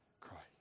Christ